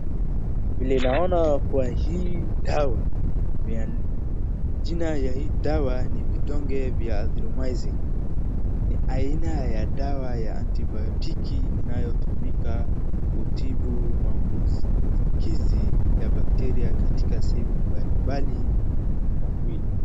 Vile naona kwa hii dawa, ni ya, jina ya hii dawa ni vidonge vya Azithromycin. Ni aina ya dawa ya antibiotiki inayotumika kutibu maambukizi ya bakteria katika sehemu mbalimbali za mwili.